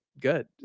good